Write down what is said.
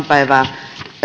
päivää